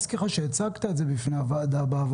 הפסקה בהקלדה.